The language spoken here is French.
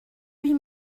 huit